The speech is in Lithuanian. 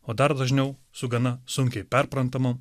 o dar dažniau su gana sunkiai perprantama